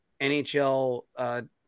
NHL